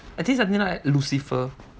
I think it's something like lucifer